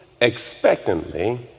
expectantly